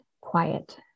quiet